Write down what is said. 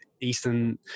eastern